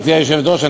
גברתי היושבת-ראש,